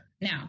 Now